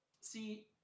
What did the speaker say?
See